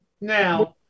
Now